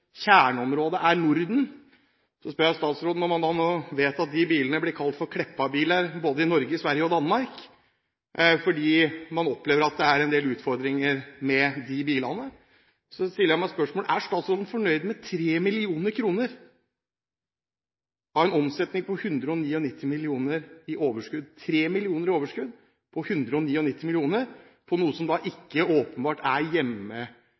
kjerneområdet er Norden, blir kalt «Kleppa-biler» både i Norge, Sverige og Danmark, fordi man opplever at det er en del utfordringer med de bilene. Jeg stiller meg spørsmålet: Er statsråden fornøyd med 3 mill. kr i overskudd, av en omsetning på 199 mill. kr? 3 mill. kr i overskudd og 199 mill. kr i omsetning på noe som åpenbart ikke er